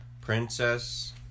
Princess